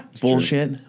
bullshit